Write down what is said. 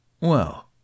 Well